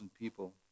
people